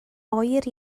oer